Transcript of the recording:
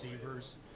receivers